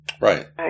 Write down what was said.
right